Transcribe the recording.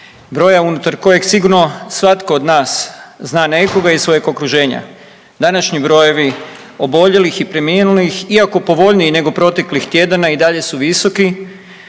broja unutar kojeg sigurno svatko od nas zna nekoga iz svojeg okruženja. Današnji brojevi oboljelih i preminulih iako povoljniji nego proteklih tjedana i dalje su visoki,